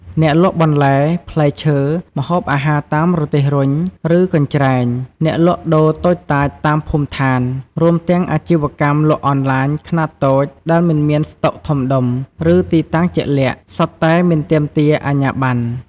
អ្នកលក់បន្លែ ផ្លែឈើ ម្ហូបអាហារតាមរទេះរុញ ឬកញ្ច្រែង អ្នកលក់ដូរតូចតាចតាមភូមិឋាន រួមទាំងអាជីវកម្មលក់អនឡាញខ្នាតតូចដែលមិនមានស្តុកធំដុំ ឬទីតាំងជាក់លាក់ សុទ្ធតែមិនទាមទារអាជ្ញាប័ណ្ណ។